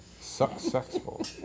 Successful